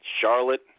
Charlotte